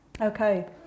Okay